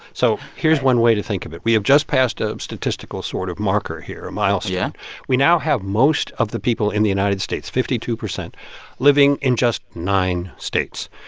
so here's one way to think of it. we have just passed ah a statistical sort of marker here, a milestone yeah we now have most of the people in the united states fifty two percent living in just nine states.